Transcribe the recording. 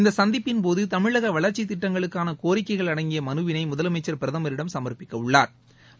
இந்தச் சந்திப்பின்போது தமிழக வளர்ச்சித் திட்டங்களுக்கான கோரிக்கைகள் அடங்கிய மனுவினை முதலமைச்சா் பிரதமரிடம் சமா்ப்பிக்க உள்ளாா்